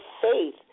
faith